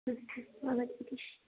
अस्तु आगच्छतु